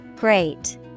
Great